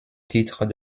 titre